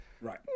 Right